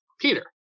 Peter